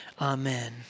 Amen